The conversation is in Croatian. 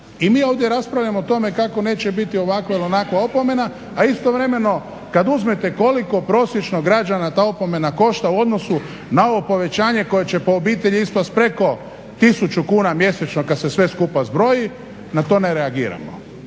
I mi ovdje raspravljamo o tome kako neće biti ovakva ili onakva opomena, a istovremeno kad uzmete koliko prosječno građane ta opomena košta u odnosu na ovo povećanje koje će po obitelji ispast preko 1000 kuna mjesečno kad se sve skupa zbroji, na to ne reagiramo.